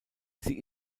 sie